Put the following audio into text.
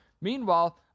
Meanwhile